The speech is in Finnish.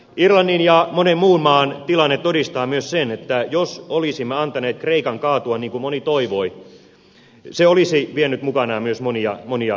irlannin ja monen muun maan tilanne todistaa myös sen että jos olisimme antaneet kreikan kaatua niin kuin moni toivoi se olisi vienyt mukanaan myös monia monia muita maita